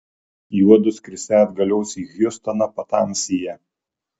juodu skrisią atgalios į hjustoną patamsyje